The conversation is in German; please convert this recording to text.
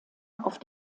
auf